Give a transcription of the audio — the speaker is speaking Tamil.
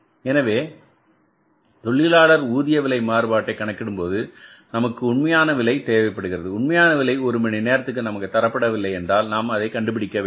எனவே தொழிலாளர் ஊதிய விலை மாறுபாட்டை கணக்கிடும்போது நமக்கு உண்மையான விலை தேவைப்படுகிறது உண்மையான விலை ஒரு மணி நேரத்திற்கு நமக்கு தரப்படவில்லை என்றால் நாம் அதை கண்டுபிடிக்க வேண்டும்